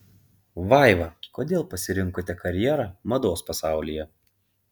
vaiva kodėl pasirinkote karjerą mados pasaulyje